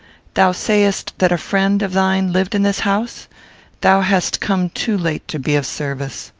thou sayest that a friend of thine lived in this house thou hast come too late to be of service.